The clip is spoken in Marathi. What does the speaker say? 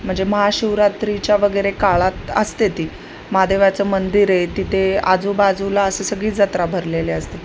म्हणजे महाशिवरात्रीच्यावगैरे काळात असते ती महादेवाचं मंदिर आहे तिथे आजूबाजूला असं सगळी जत्रा भरलेले असते